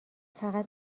فقط